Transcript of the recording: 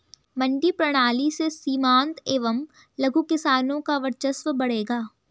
मंडी प्रणाली से सीमांत एवं लघु किसानों का वर्चस्व बढ़ेगा